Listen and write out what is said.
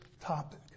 topic